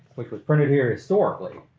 which was printed here historically.